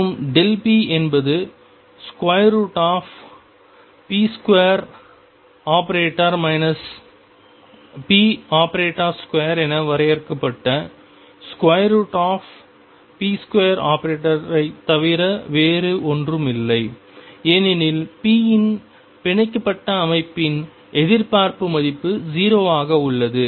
மற்றும் p என்பது⟨p2⟩ ⟨p⟩2 என வரையறுக்கப்பட்ட ⟨p2⟩ ஐத் தவிர வேறு ஒன்றும் இல்லை ஏனெனில் p இன் பிணைக்கப்பட்ட அமைப்பின் எதிர்பார்ப்பு மதிப்பு 0 ஆக உள்ளது